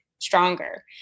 stronger